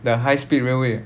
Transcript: the high speed railway